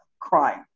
crying